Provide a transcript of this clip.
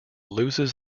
loses